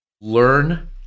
Learn